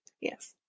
Yes